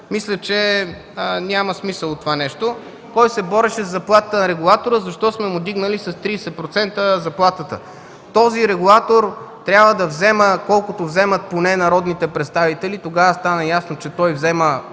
мисля, че няма смисъл от това нещо. Кой се бореше за заплатата на регулатора, защо сме му вдигнали с 30% заплатата? Този регулатор трябва да взема колкото вземат поне народните представители. Тогава стана ясно, че той взема